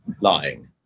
lying